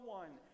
one